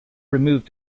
removed